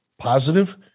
positive